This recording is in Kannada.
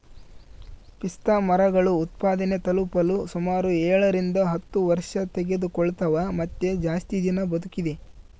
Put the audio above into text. ಪಿಸ್ತಾಮರಗಳು ಉತ್ಪಾದನೆ ತಲುಪಲು ಸುಮಾರು ಏಳರಿಂದ ಹತ್ತು ವರ್ಷತೆಗೆದುಕೊಳ್ತವ ಮತ್ತೆ ಜಾಸ್ತಿ ದಿನ ಬದುಕಿದೆ